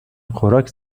خوراک